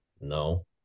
No